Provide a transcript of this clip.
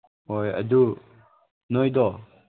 ꯍꯣꯏ ꯑꯗꯨ ꯅꯣꯏꯗꯣ